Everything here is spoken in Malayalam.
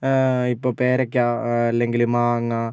ഇപ്പം പേരക്ക അല്ലെങ്കിൽ മാങ്ങ